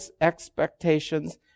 expectations